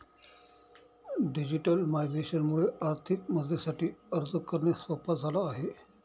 digitalisation मुळे आर्थिक मदतीसाठी अर्ज करणे सोप झाला आहे